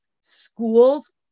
Schools